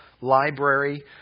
library